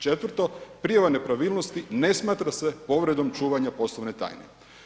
Četvrto, prijava nepravilnosti ne smatra se povredom čuvanja poslovne tajne.